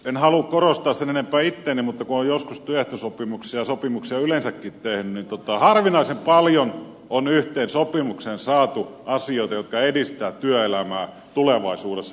en halua korostaa sen enempää itseäni mutta kun olen joskus työehtosopimuksia ja sopimuksia yleensäkin tehnyt niin harvinaisen paljon on yhteen sopimukseen saatu asioita jotka edistävät työelämää myöskin tulevaisuudessa